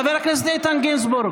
חבר הכנסת איתן גינזבורג.